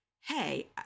hey